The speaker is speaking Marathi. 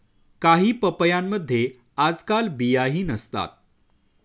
काही पपयांमध्ये आजकाल बियाही नसतात